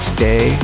Stay